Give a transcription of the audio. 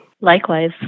Likewise